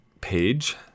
page